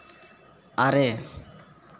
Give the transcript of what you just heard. ᱟᱨᱮ